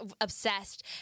obsessed